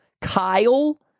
Kyle